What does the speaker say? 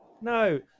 No